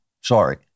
Sorry